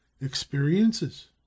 Experiences